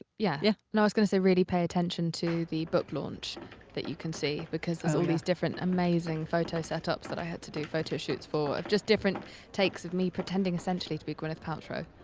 yeah yeah. no, i was gonna say, really pay attention to the book launch that you can see, because there's all these different amazing photo setups that i had to do photo shoots for of just different takes of me pretending, essentially, to be gwyneth paltrow,